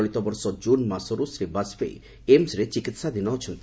ଚଳିତ ବର୍ଷ ଜୁନ୍ ମାସରୁ ଶ୍ରୀ ବାଜପେୟୀ ଏମ୍ସ୍ରେ ଚିକିହାଧୀନ ଅଛନ୍ତି